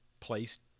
placed